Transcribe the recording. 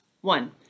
One